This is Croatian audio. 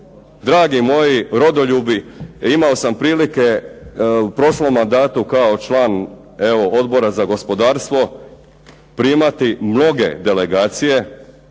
Dragi moji rodoljubi, imao sam prilike u prošlom mandatu kao član evo Odbora za gospodarstvo primati mnoge delegacije,